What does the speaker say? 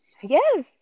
Yes